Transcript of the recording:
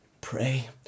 pray